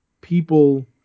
people